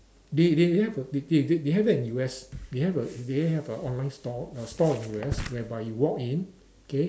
they they have they they they have that in U_S they have a they have a online store uh store in U_S whereby you walk in okay